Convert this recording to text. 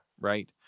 right